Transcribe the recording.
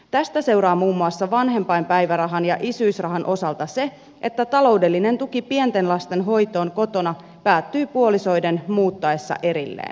tästä seuraa muun muassa vanhempainpäivärahan ja isyysrahan osalta se että taloudellinen tuki pienten lasten hoitoon kotona päättyy puolisoiden muuttaessa erilleen